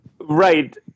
Right